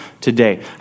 today